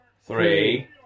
three